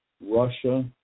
Russia